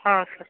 ಹೌದು ಸರ್